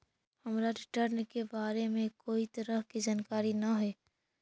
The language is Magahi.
हमरा रिटर्न के बारे में कोई तरह के जानकारी न हे